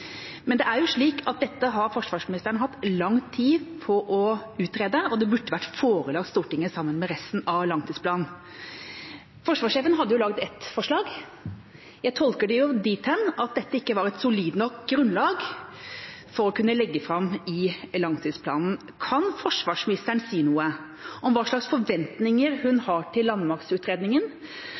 men det er jo slik at dette har forsvarsministeren hatt lang tid på å utrede, og det burde vært forelagt Stortinget sammen med resten av langtidsplanen. Forsvarssjefen hadde laget ett forslag. Jeg tolker det dit hen at dette ikke var et solid nok grunnlag til å kunne bli lagt fram i langtidsplanen. Kan forsvarsministeren si noe om hva slags forventninger hun har til